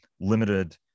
limited